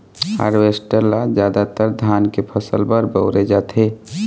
harvester ल जादातर धान के फसल बर बउरे जाथे